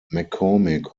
mccormick